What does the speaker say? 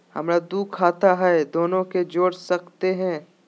हमरा दू खाता हय, दोनो के जोड़ सकते है?